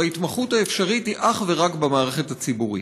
וההתמחות האפשרית היא אך ורק במערכת הציבורית.